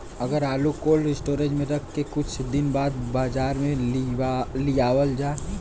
अगर आलू cold storage में रख के कुछ दिन बाद बाजार में लियावल जा?